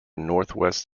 northwest